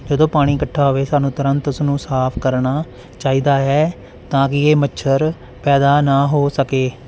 ਜਦੋਂ ਪਾਣੀ ਇਕੱਠਾ ਹੋਵੇ ਸਾਨੂੰ ਤੁਰੰਤ ਉਸਨੂੰ ਸਾਫ ਕਰਨਾ ਚਾਹੀਦਾ ਹੈ ਤਾਂ ਕਿ ਇਹ ਮੱਛਰ ਪੈਦਾ ਨਾ ਹੋ ਸਕੇ